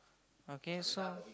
okay so